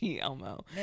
Elmo